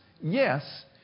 yes